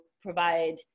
provide